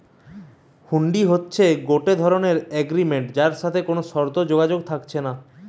হুন্ডি হতিছে গটে ধরণের এগ্রিমেন্ট যার সাথে কোনো শর্ত যোগ থাকতিছে নাই